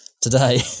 Today